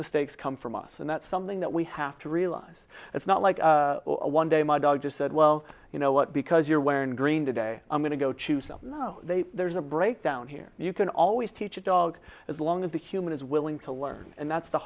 mistakes come from us and that's something that we have to realize it's not like one day my dog just said well you know what because you're wearing green today i'm going to go choose no they there's a breakdown here you can always teach a dog as long as the human is willing to learn and that's the